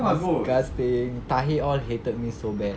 disgusting tahir all hated me so bad